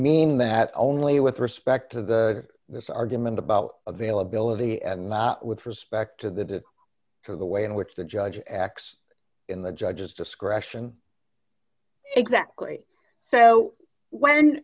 mean that only with respect to this argument about availability and with respect to that or the way in which the judge acts in the judge's discretion exactly so when